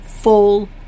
full